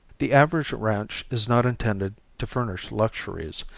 the average ranch is not intended to furnish luxuries,